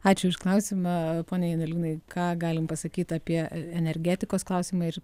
ačiū už klausimą pone janeliūnai ką galim pasakyt apie e energetikos klausimai ir